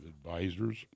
advisors